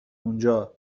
اونجا